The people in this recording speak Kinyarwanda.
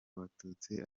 abatutsi